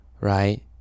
right